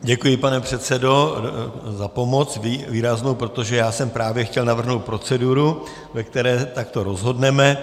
Děkuji, pane předsedo, za výraznou pomoc, protože já jsem právě chtěl navrhnout proceduru, ve které takto rozhodneme.